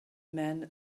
men